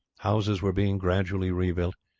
houses were being gradually rebuilt,